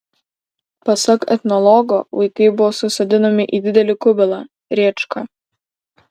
pasak etnologo vaikai buvo susodinami į didelį kubilą rėčką